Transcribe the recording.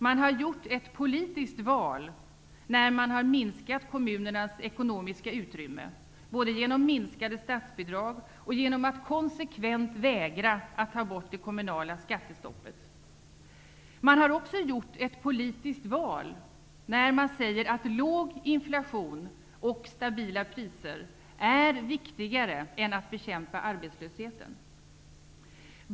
Man har gjort ett politiskt val när man har minskat kommunernas ekonomiska utrymme, både genom minskade statsbidrag och genom att konsekvent vägra ta bort det kommunala skattestoppet. Man har också gjort ett politiskt val när man säger att låg inflation och stabila priser är viktigare än att bekämpa arbetslösheten.